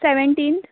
seventeenth